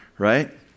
Right